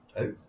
out